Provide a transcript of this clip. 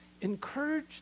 encourage